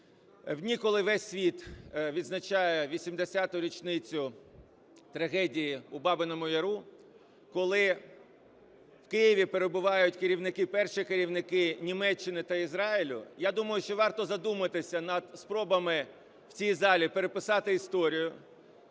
дні, коли весь світ відзначає 80-у річницю трагедії у Бабиному Яру, коли в Києві перебувають керівники, перші керівники Німеччини та Ізраїлю, я думаю, що варто задуматися над спробами в цій залі переписати історію,